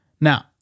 Now